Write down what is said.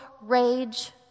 rage